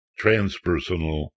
transpersonal